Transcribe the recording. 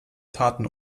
taten